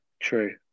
true